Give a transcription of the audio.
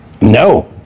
no